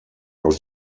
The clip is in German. aus